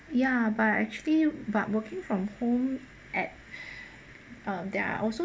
ya but actually but working from home at uh there are also